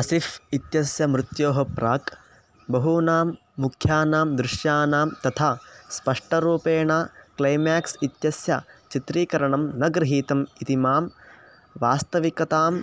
असिफ़् इत्यस्य मृत्योः प्राक् बहूनां मुख्यानां दृश्यानां तथा स्पष्टरूपेण क्लैमेक्स् इत्यस्य चित्रीकरणं न गृहीतम् इति मां वास्तविकताम्